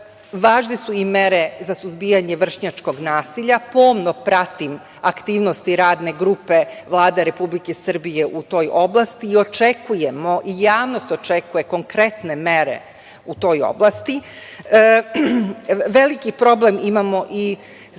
Važne su i mere za suzbijanje vršnjačkog nasilja. Ja pomno pratim aktivnosti Radne grupe Vlade Republike Srbije u toj oblasti i očekujemo i javnost očekuje konkretne mere u toj oblasti. Veliki problem imamo i